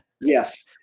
Yes